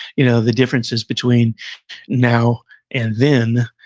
you know the differences between now and then,